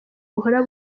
buhora